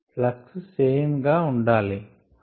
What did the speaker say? flux same గా ఉండాలి